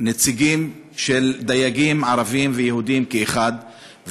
נציגים של דייגים ערבים ויהודים כאחד,